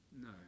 No